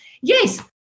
yes